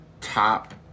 top